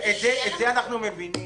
את זה אנחנו מבינים.